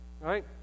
right